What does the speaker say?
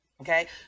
Okay